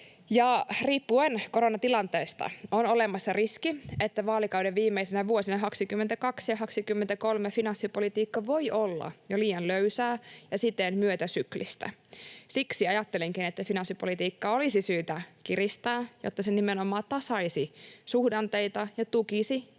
Riippuen koronatilanteesta on olemassa riski, että vaalikauden viimeisinä vuosina 22 ja 23 finanssipolitiikka voi olla jo liian löysää ja siten myötäsyklistä. Siksi ajattelenkin, että finanssipolitiikkaa olisi syytä kiristää, jotta se nimenomaan tasaisi suhdanteita ja tukisi